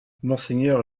monseigneur